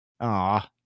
Aw